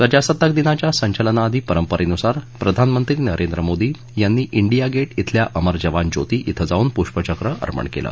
प्रजासत्ताक दिनाच्या संचलनाआधी परंपरेनुसार प्रधानमंत्री नरेंद्र मोदी यांनी डिया गेट बिल्या अमर जवान ज्योती बिं जाऊन पुष्पचक्र अर्पण केलं